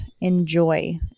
enjoy